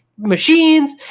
machines